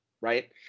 right